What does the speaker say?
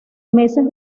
meses